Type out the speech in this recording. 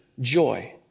joy